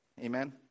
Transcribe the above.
Amen